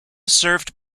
served